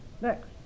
next